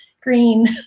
green